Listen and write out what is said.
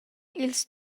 ils